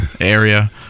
area